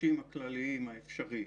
התרחישים הכלליים האפשריים,